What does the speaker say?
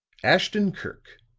ashton-kirk,